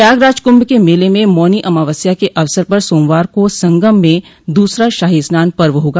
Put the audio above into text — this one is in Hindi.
प्रयागराज के कुम्भ मेले में मौनी अमावस्या के अवसर पर सोमवार को संगम में दूसरा मुख्य शाही स्नान पर्व होगा